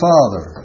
Father